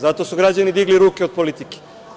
Zato su građani digli ruke od politike.